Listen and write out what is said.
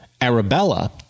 Arabella